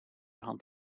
hand